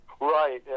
right